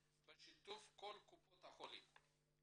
בשיתוף כל קופות החולים.